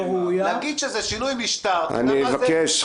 ראויה -- נגיד שזה שינוי משטר -- אני מבקש,